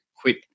quit